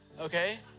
okay